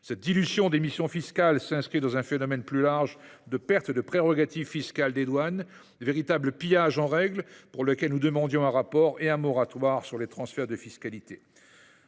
Cette dilution des missions fiscales s’inscrit dans un phénomène plus large de perte de prérogatives fiscales des douanes, un véritable pillage en règle ayant justifié que nous demandions un rapport et un moratoire sur les transferts de fiscalité.